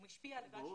ברור.